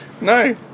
No